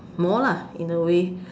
more lah in a way